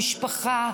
המשפחה.